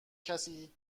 کسی